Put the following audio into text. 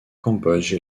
cambodge